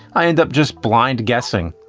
i end up just blind guessing.